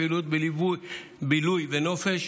פעילויות בילוי ונופש.